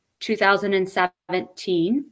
2017